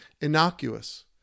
innocuous